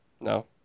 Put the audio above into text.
No